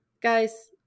Guys